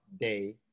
day